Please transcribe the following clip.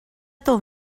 ton